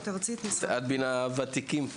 פסיכולוגית ארצית, משרד החינוך.